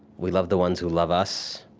we love the ones who love us.